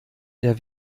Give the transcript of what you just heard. der